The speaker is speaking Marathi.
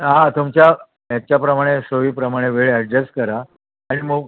हां तुमच्या याच्याप्रमाणे सोयीप्रमाणे वेळ ॲडजेस्ट करा आणि मग